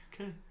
okay